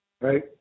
right